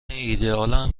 ایدهآلم